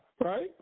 right